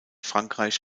frankreich